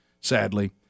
sadly